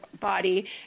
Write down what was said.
body